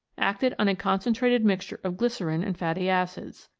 acted on a con centrated mixture of glycerine and fatty acids.